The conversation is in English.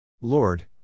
Lord